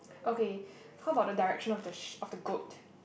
okay how about the direction of the sh~ of the goat